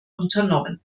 unternommen